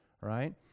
right